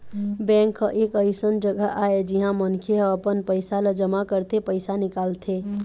bank ह एक अइसन जघा आय जिहाँ मनखे ह अपन पइसा ल जमा करथे, पइसा निकालथे